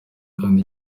kandi